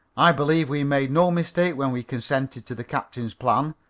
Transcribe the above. i believe we made no mistake when we consented to the captain's plan,